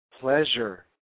pleasure